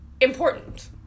important